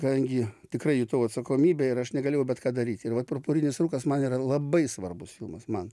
kadangi tikrai jutau atsakomybę ir aš negalėjau bet ką daryti ir vat purpurinis rūkas man yra labai svarbus filmas man